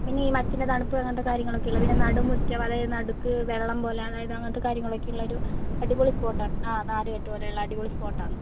പിന്നെ ഈ മച്ചിൻറ്റ തണുപ്പ് അങ്ങനത്തെ കാര്യങ്ങൾ ഒക്കെ ഉള്ള പിന്നെ ഈ നടുമുറ്റം അതായത് നടുക്ക് വെള്ളം പോലെ അതായത് അങ്ങനത്തെ കാര്യങ്ങൾ ഒക്കെ ഉള്ളൊരു അടിപൊളി സ്പോട്ടാ ആ നാലുകെട്ട് പോലെ ഉള്ള അടിപൊളി സ്പോട്ട് ആണ്